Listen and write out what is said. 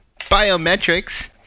biometrics